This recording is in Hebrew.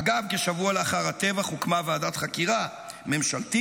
אגב, כשבוע לאחר הטבח הוקמה ועדת חקירה ממשלתית,